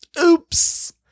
Oops